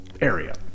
area